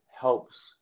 helps